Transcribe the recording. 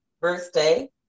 birthday